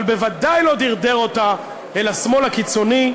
אבל בוודאי לא דרדר אותה אל השמאל הקיצוני,